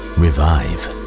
revive